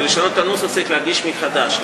כדי לשנות את הנוסח צריך להגיש מחדש.